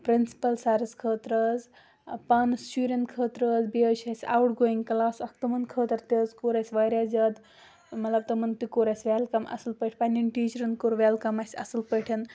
principal سَرَس خٲطرٕ حظ پانَس شُرٮ۪ن خٲطرٕ حظ بیٚیہِ حظ چھِ اَسہِ آوُٹ گویِنٛگ کٕلاس اَکھ تِمَن خٲطرٕ تہِ حظ کوٚر اَسہِ واریاہ زیادٕ مطلب تِمَن تہِ کوٚر اَسہِ وٮ۪لکَم اَصٕل پٲٹھۍ پنٕنٮ۪ن ٹیٖچرَن کوٚر وٮ۪لکَم اَسہِ اَصٕل پٲٹھۍ